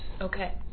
Okay